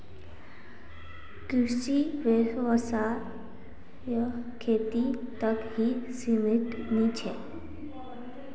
कृषि व्यवसाय खेती तक ही सीमित नी छे